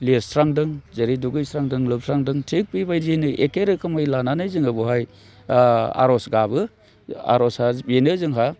लिरस्रांदों जेरै दुगैस्रांदों लोबस्रांदों थिग बेबायदियैनो एखे रोखोमै लानानै जोङो बावहाय आर'ज गाबो आर'जआ बेनो जोंहा